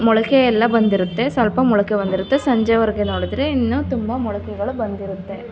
ಮೊಳಕೆ ಎಲ್ಲ ಬಂದಿರುತ್ತೆ ಸ್ವಲ್ಪ ಮೊಳಕೆ ಬಂದಿರು ಸಂಜೆವರೆಗೆ ನೋಡಿದ್ರೆ ಇನ್ನೂ ತುಂಬ ಮೊಳಕೆಗಳು ಬಂದಿರುತ್ತೆ